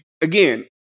Again